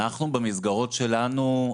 אנחנו במסגרות שלנו,